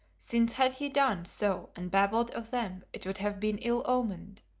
since had he done so and babbled of them it would have been ill-omened,